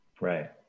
Right